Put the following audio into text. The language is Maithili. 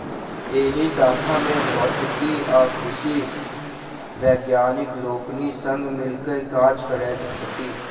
एहि शाखा मे भौतिकी आ कृषिक वैज्ञानिक लोकनि संग मिल क काज करैत छथि